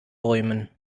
bäumen